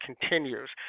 continues